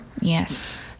Yes